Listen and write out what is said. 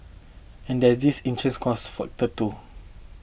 and there is intrinsic cost factor too